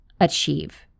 achieve